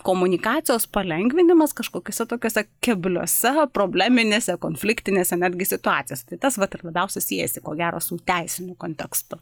komunikacijos palengvinimas kažkokiuose tokiuose kebliuose probleminėse konfliktinėse netgi situacijose tai tas vat ir labiausiai siejasi ko gero su teisiniu kontekstu